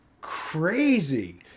crazy